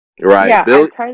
Right